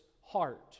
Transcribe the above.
heart